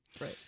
right